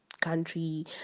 country